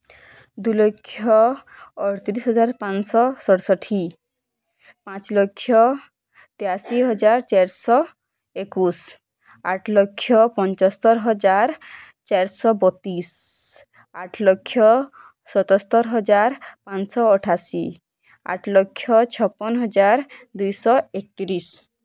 ଦୁଇ ଲକ୍ଷ ଅଠ ତିରିଶ ହଜାର ପାଂଶ ଷଡ଼ଷଠି ପାଞ୍ଚ ଲକ୍ଷ ତେଇଆଶି ହଜାର ଚାରି ଶହ ଏକୋଇଶୀ ଆଠ ଲକ୍ଷ ପଞ୍ଚୋସ୍ତରୀ ହଜାର ଚାରିଶ ବତିଶ ଆଠ ଲକ୍ଷ ସତସ୍ତର ହଜାର ପାଂଶ ଅଠାଅଶୀ ଆଠ ଲକ୍ଷ ଛପନ ହଜାର ଦୁଇ ଶହ ଏକ ତିରିଶ